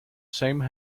same